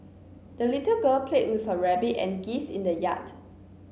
the little girl played with her rabbit and geese in the yard